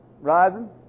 rising